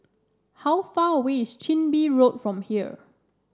how far away is Chin Bee Road from here